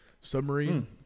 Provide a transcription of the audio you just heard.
submarine